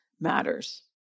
matters